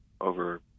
over